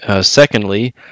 Secondly